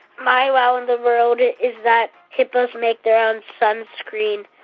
my wow in the world is that hippos make their own but sunscreen.